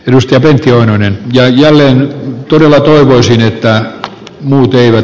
minusta se on hänen töilleen työlle toivoisin että muut eivät